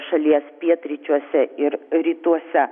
šalies pietryčiuose ir rytuose